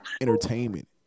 entertainment